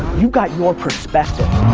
you got your perspective.